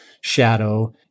shadow